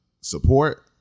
support